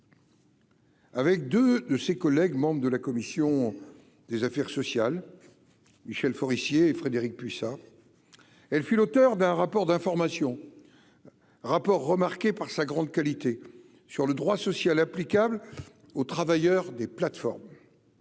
Avec 2 de ses collègues membres de la commission des affaires sociales, Michel Forissier, Frédérique Puissat, elle fut l'auteur d'un rapport d'information rapport remarqué par sa grande qualité sur le droit social applicable aux travailleurs des plateformes